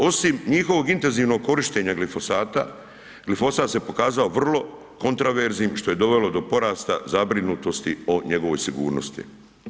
Osim njihovog intenzivnog korištenja glifosata, glifosat se pokazao vrlo kontraverznim što je dovelo do porasta zabrinutosti o njegovoj sigurnosti.